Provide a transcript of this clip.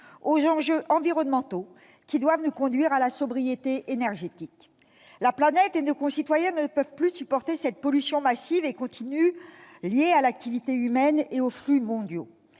aux enjeux environnementaux, qui doivent nous conduire à la sobriété énergétique. La planète et nos concitoyens ne peuvent plus supporter cette pollution massive et continue, liée à l'activité humaine et aux flux mondiaux.